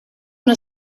una